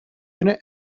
unit